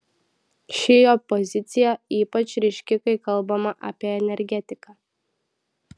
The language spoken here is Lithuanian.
ši jo pozicija ypač ryški kai kalbama apie energetiką